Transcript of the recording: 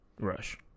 Rush